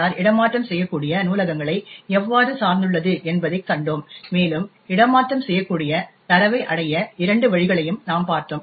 R இடமாற்றம் செய்யக்கூடிய நூலகங்களை எவ்வாறு சார்ந்துள்ளது என்பதைக் கண்டோம் மேலும் இடமாற்றம் செய்யக்கூடிய தரவை அடைய இரண்டு வழிகளையும் நாம் பார்த்தோம்